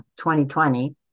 2020